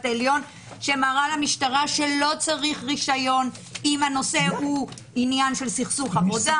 העליון שמראה למשטרה שלא צריך רישיון אם הנושא הוא עניין של סכסוך עבודה,